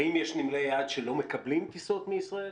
האם יש נמלי יעד שלא מקבלים טיסות מישראל?